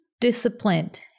disciplined